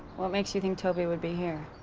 what makes you think toby would be here?